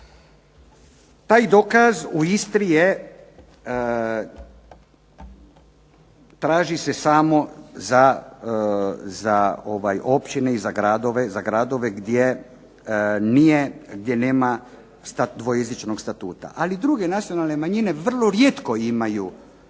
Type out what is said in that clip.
Taj dokaz u Istri traži se samo za općine i za gradove gdje nema stav dvojezičnog statuta, ali druge nacionalne manjine vrlo rijetko imaju,